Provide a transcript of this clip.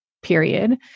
period